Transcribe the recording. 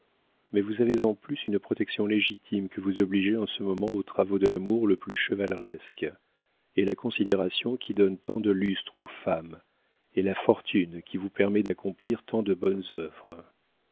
mais vous avez en plus une protection légitime que vous obligez en ce moment aux travaux de l'amour le plus chevaleresque et la considération qui donne tant de lustre aux femmes et la fortune qui vous permet d'accomplir tant de bonnes œuvres